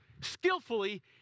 skillfully